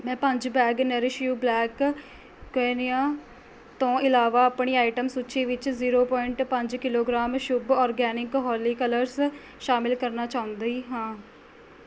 ਮੈਂ ਪੰਜ bag nourish you black quinoa ਤੋਂ ਇਲਾਵਾ ਆਪਣੀ ਆਈਟਮ ਸੂਚੀ ਵਿੱਚ ਜ਼ੀਰੋ ਪੁਆਇੰਟ ਪੰਜ kilogram Shubh organic Holi colours ਸ਼ਾਮਿਲ ਕਰਨਾ ਚਾਹੁੰਦੀ ਹਾਂ